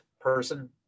person